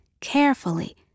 carefully